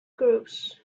groups